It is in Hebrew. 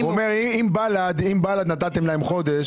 הוא אומר אם בל"ד נתתם להם חודש,